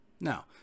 Now